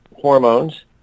hormones